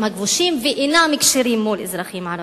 הכבושים ואינן כשירות מול אזרחים ערבים.